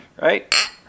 Right